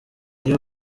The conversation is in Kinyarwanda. iyo